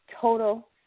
Total